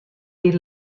wie